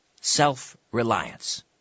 Self-reliance